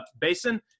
Basin